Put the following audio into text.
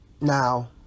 now